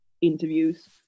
Interviews